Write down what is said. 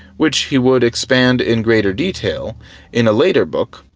which he would expand in greater detail in a later book,